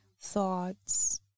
thoughts